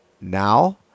now